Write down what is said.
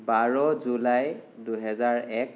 বাৰ জুলাই দুহেজাৰ এক